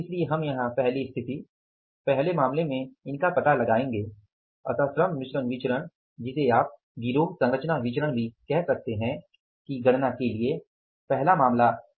इसलिए हम यहां पहली स्थिति पहले मामले में इनका पता लगायेंगे इसलिए श्रम मिश्रण विचरण जिसे आप गिरोह सरंचना विचरण भी कह सकते है की गणना के लिए पहला मामला क्या है